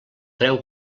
preu